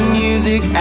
music